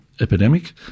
epidemic